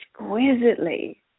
exquisitely